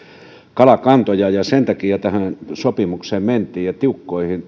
kalakantoja ja sen takia tähän tenon sopimukseen ja tiukkoihin